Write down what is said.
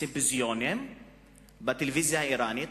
הסימפוזיונים בטלוויזיה האירנית,